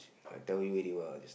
I tell you already what